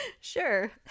Sure